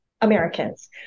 Americans